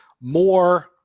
more